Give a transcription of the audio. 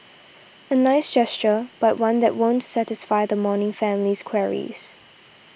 a nice gesture but one that won't satisfy the mourning family's queries